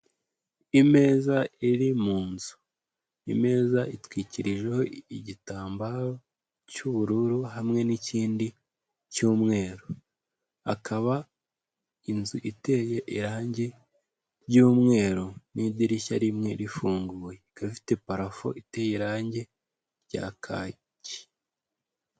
Imeza iri mu nzu, imeza itwikirijeho igitambaro cy'ubururu hamwe n'ikindi cy'umweru, akaba inzu iteye irangi ry'umweru n'idirishya rimwe rifunguye, ikaba ifite parafo iteye irangi rya kaki.